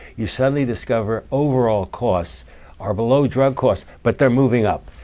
you suddenly discover overall costs are below drug costs, but they're moving up.